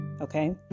okay